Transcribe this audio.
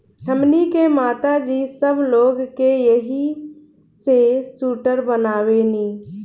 हमनी के माता जी सब लोग के एही से सूटर बनावेली